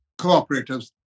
cooperatives